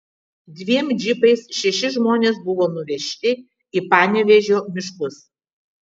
dviem džipais šeši žmonės buvo nuvežti į panevėžio miškus